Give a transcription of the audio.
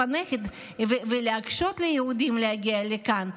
הנכד ולהקשות על יהודים להגיע לכאן,